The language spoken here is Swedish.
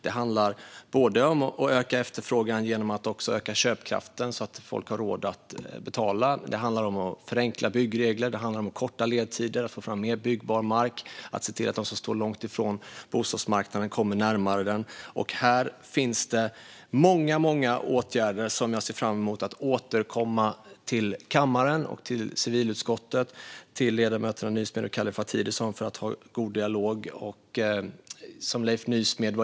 Det handlar om att öka efterfrågan genom att öka köpkraften så att folk har råd att betala. Det handlar om att förenkla byggregler. Det handlar om att korta ledtider och om att få fram mer byggbar mark. Det handlar om att se till att de som står långt från bostadsmarknaden kommer närmare den. Det finns många, många åtgärder, och jag ser fram emot att återkomma till civilutskottet, ledamöterna Nysmed och Kallifatides och kammaren för att ha en god dialog om dessa.